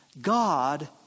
God